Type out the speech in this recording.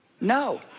No